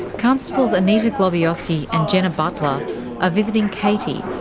constables anita glebiowski and jenna butler are visiting katy,